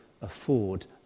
afford